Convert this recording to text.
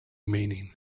meaning